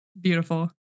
Beautiful